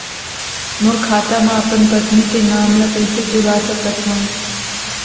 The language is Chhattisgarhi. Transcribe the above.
मोर खाता म अपन पत्नी के नाम ल कैसे जुड़वा सकत हो?